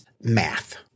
math